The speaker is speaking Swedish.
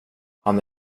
han